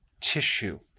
tissue